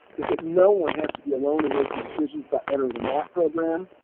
is that no one has to be alone in making decisions about entering the mat program,